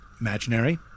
Imaginary